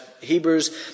Hebrews